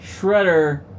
Shredder